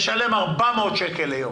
הוא משלם 400 שקלים ליום.